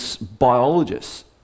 biologists